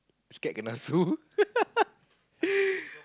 scared kenna sue